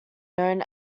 known